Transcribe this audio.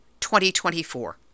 2024